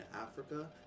Africa